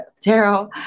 Tarot